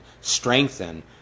strengthen